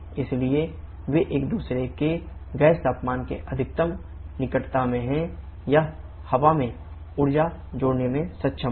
इसलिए वे एक दूसरे के गैस तापमान के अधिक निकटतम में हैं यह हवा में ऊर्जा जोड़ने में सक्षम होगा